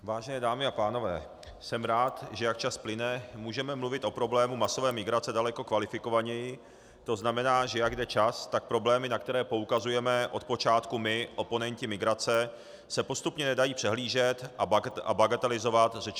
Vážené dámy a pánové, jsem rád, že jak čas plyne, můžeme mluvit o problému masové migrace daleko kvalifikovaněji, to znamená, že jak jde čas, tak problémy, na které poukazujeme odpočátku my oponenti migrace, se postupně nedají přehlížet a bagatelizovat řečmi o xenofobii.